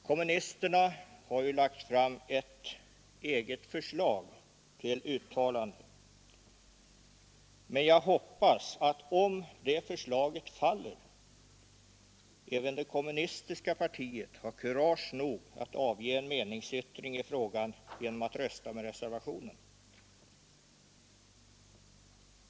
Kommunisterna har lagt fram ett eget förslag till uttalande men jag hoppas att, om det förslaget faller, även den kommunistiska partigruppen har kurage nog att avge en meningsyttring genom att rösta med reservationen.